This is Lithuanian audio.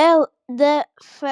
ldf